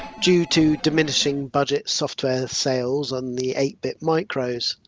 due to diminishing budget software sales on the eight bit micros,